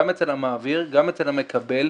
גם אצל המעביר גם אצל המקבל.